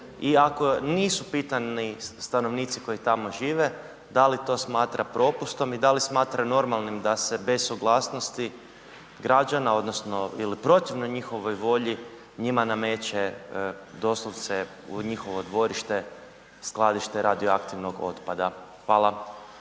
i ako nisu pitani stanovnici koji tamo žive, da li to smatra propustom i da li smatra normalnim da se bez suglasnosti građana, odnosno, ili protivno njihovoj volji njima nameće doslovce, u njihovo dvorište skladište radioaktivnog otpada. Hvala.